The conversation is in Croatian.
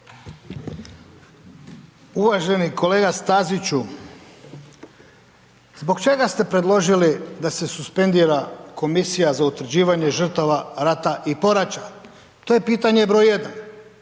Uvaženi kolega Staziću, zbog čega ste predložili da se suspendira Komisija za utvrđivanje žrtava rata i poraća to je pitanje broj